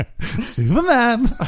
Superman